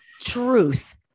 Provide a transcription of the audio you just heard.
truth